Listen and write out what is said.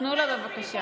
תנו לה, בבקשה.